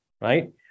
right